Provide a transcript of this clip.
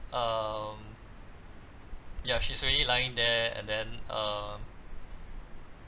um ya she's already lying there and then uh